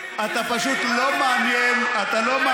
עוד דמים פלסטיניים וישראליים על ידיך.